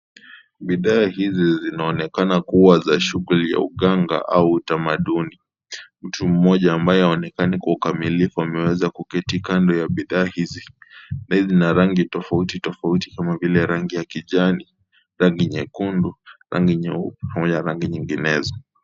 Bidhaa hizi zinaonekana kuwa za shughuli ya uganga au utamaduni. Mtu mmoja ambaye haonekani kwa ukamilifu ameweza kuketi kando ya bidhaa hizi. Zina rangi tofauti tofauti kama vile rangi ya kijani, rangi nyekundu, rangi nyeupe pamoja na rangi nyinginezo.